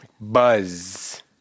Buzz